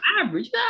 Average